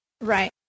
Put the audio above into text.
Right